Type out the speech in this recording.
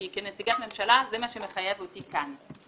כי כנציגת ממשלה זה מה שמחייב אותי כאן.